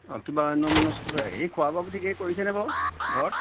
আ কিবা অন্যমনষ্ক হৈ থাকে সি খোৱা বোৱাবোৰ ঠিকেই কৰিছেনে বাৰু ঘৰত